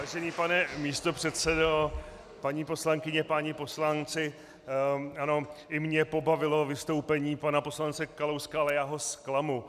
Vážený pane místopředsedo, paní poslankyně, páni poslanci, ano, i mě pobavilo vystoupení pana poslance Kalouska, ale já ho zklamu.